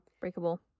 breakable